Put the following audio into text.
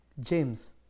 James